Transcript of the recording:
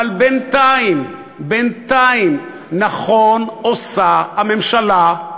אבל בינתיים, בינתיים נכון עושה הממשלה,